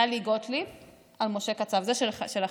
טלי גוטליב על משה קצב, זה שלכם.